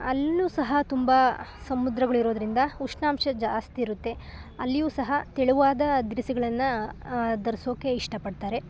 ಅಲ್ಲೂ ಸಹ ತುಂಬ ಸಮುದ್ರಗಳು ಇರೋದ್ರಿಂದ ಉಷ್ಣಾಂಶ ಜಾಸ್ತಿಯಿರುತ್ತೆ ಅಲ್ಲಿಯೂ ಸಹ ತೆಳುವಾದ ದಿರಿಸುಗಳನ್ನು ಧರ್ಸೋಕ್ಕೆ ಇಷ್ಟ ಪಡ್ತಾರೆ